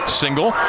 single